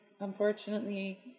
unfortunately